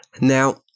now